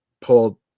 Paul